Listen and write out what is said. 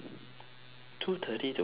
two thirty to five P_M